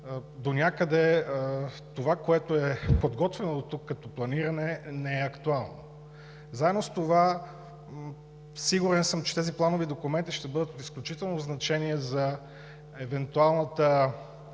донякъде това, което е подготвено до тук като планиране, не е актуално. Заедно с това, сигурен съм, че тези планови документи ще бъдат от изключително значение за евентуалната